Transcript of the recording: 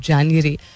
January